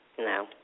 No